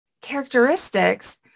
characteristics